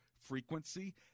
frequency